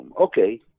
Okay